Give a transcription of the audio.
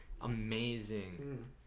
amazing